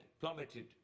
plummeted